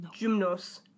gymnos